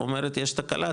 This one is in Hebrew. אומרת יש תקלה,